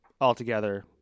altogether